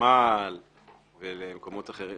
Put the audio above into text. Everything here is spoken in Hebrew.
לוותמ"ל ולמקומות אחרים,